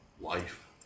life